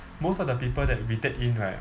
most of the people that we take in right